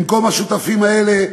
במקום השותפים האלה,